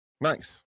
Nice